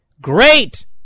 Great